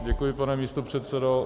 Děkuji, pane místopředsedo.